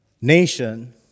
nation